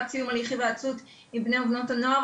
סיום הליך היוועצות עם בני ובנות הנוער.